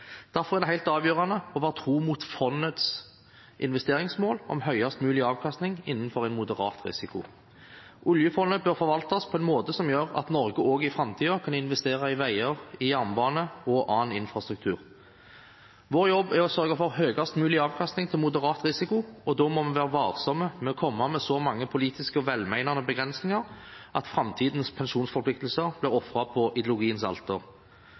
Derfor er det helt avgjørende å være tro mot fondets investeringsmål om høyest mulig avkastning innenfor en moderat risiko. Oljefondet bør forvaltes på en måte som gjør at Norge også i framtiden kan investere i veier, jernbane og annen infrastruktur. Vår jobb er å sørge for høyest mulig avkastning til moderat risiko, og da må vi være varsomme med å komme med så mange politiske og velmenende begrensninger at framtidens pensjonsforpliktelser blir ofret på ideologiens alter.